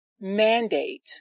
Mandate